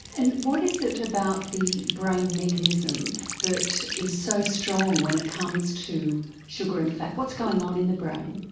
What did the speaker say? and what is it about the brain mechanism that is so strong when it comes to sugar and fat? what's going on in the brain?